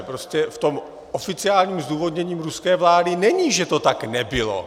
Prostě v tom oficiálním zdůvodnění ruské vlády není, že to tak nebylo.